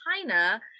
China